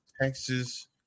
Texas